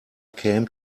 came